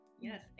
Yes